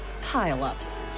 pile-ups